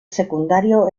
secundario